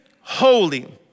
Holy